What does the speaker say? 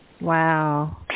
Wow